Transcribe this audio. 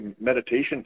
meditation